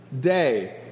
day